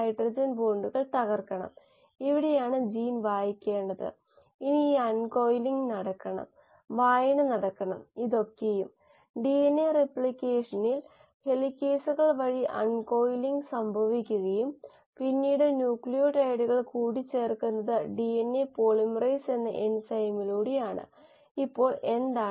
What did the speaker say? module രണ്ട് ഒരു ബയോറിയാക്റ്ററിൽ നിന്നോ ബയോപ്രോസസിൽ നിന്നോ ഉള്ള രണ്ട് പ്രധാന ഫലങ്ങൾ പരിശോധിച്ചു അവ കോശങ്ങളും ബയോപ്രൊഡക്ടുകളും ആണ് കൂടാതെ കോശങ്ങൾ തന്നെ പ്രധാനപ്പെട്ട ബയോപ്രൊഡക്ടുകളാകാനുള്ള ഉദാഹരണങ്ങൾ നമ്മൾ കണ്ടു